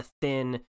thin